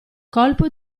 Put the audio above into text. colpo